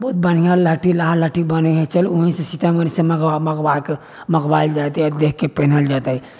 बहुत बढ़िआँ लहठी लाह लहठी बनैत हइ चलू वहींँसँ सीतामढ़ीसँ मंगबाके मंगायल जाय देखिके पिन्हल जेतै